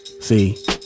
See